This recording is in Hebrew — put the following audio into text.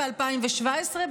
ב-2017,